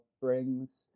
brings